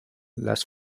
las